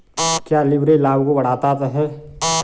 क्या लिवरेज लाभ को बढ़ाता है?